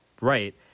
right